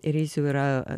ir jis jau yra